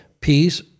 peace